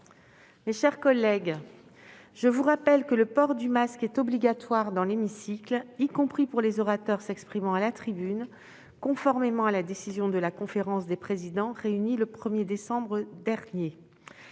Mes chers collègues, je vous rappelle que le port du masque est obligatoire dans l'hémicycle, y compris pour les orateurs s'exprimant à la tribune, conformément à la décision de la conférence des présidents réunie le 1 décembre dernier.